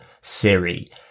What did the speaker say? Siri